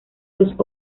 dos